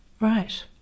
Right